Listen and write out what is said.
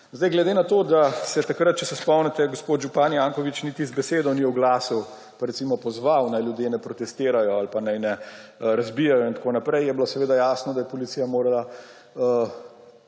možna. Glede na to, da se takrat, če se spomnite, gospod župan Janković niti z besedo ni oglasil pa, recimo, pozval, naj ljudje ne protestirajo ali pa naj ne razbijajo in tako naprej, je bilo seveda jasno, da ja policija morala